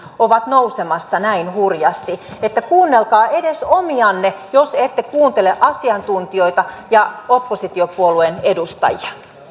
ovat nousemassa näin hurjasti että kuunnelkaa edes omianne jos ette kuuntele asiantuntijoita ja oppositiopuolueen edustajia